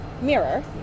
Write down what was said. mirror